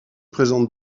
présente